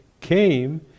came